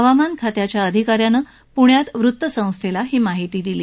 हवामान खात्याच्या अधिका यानं पूण्यात वृत्तसंस्थेला ही माहिती दिली